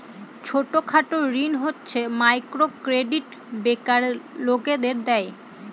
ছোট খাটো ঋণ হচ্ছে মাইক্রো ক্রেডিট বেকার লোকদের দেয়